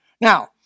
Now